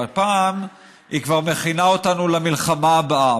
והפעם היא כבר מכינה אותנו למלחמה הבאה.